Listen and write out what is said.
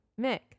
mick